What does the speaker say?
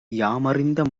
யாமறிந்த